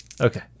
Okay